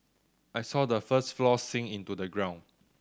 I saw the first floor sink into the ground